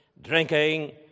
drinking